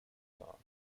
start